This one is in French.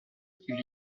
eut